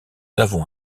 avons